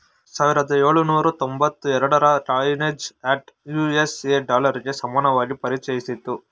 ಸಾವಿರದ ಎಳುನೂರ ತೊಂಬತ್ತ ಎರಡುರ ಕಾಯಿನೇಜ್ ಆಕ್ಟ್ ಯು.ಎಸ್.ಎ ಡಾಲರ್ಗೆ ಸಮಾನವಾಗಿ ಪರಿಚಯಿಸಿತ್ತು